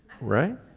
right